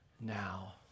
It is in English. now